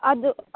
ಅದು